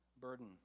burden